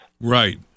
Right